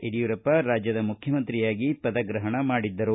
ಯಡಿಯೂರಪ್ಪ ರಾಜ್ಞದ ಮುಖ್ಣಮಂತ್ರಿಯಾಗಿ ಪದಗ್ರಹಣ ಮಾಡಿದ್ದರು